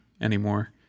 anymore